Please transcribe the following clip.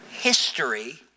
history